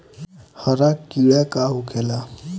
हरा कीड़ा का होखे ला?